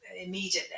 immediately